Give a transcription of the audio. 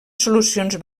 solucions